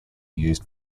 used